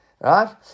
Right